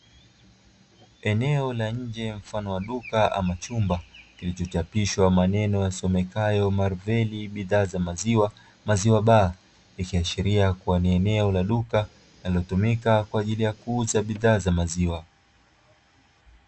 Eneo la nje mfano wa duka ama chumba, kilichochapishwa maneno yasomekayo "mariveli bidhaa za maziwa" "maziwa baa" ikiashiria kuwa eneo la duka linalotumika kwa ajili ya kuuza bidhaa za maziwa.